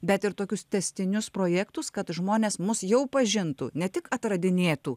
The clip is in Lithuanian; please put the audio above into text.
bet ir tokius tęstinius projektus kad žmonės mus jau pažintų ne tik atradinėtų